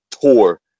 tour